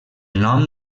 nom